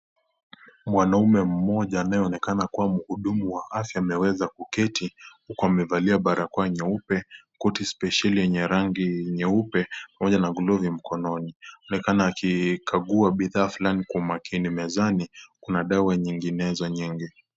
Mwanaume mmoja anayeonekana kuwa mhudumu wa afya ameweza kuketi huku amevalia barakoa nyeupe, koti spesheli yenye rangi nyeupe pamoja na glovu mikononi. Anaonekana akikagua bidhaa fulani kwa makini . Mezani kuna dawa nyinginezo nyingi.